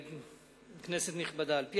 כנסת נכבדה, אני